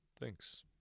Thanks